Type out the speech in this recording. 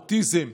אוטיזם,